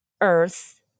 Earth